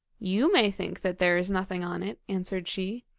you may think that there is nothing on it answered she,